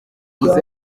gusoza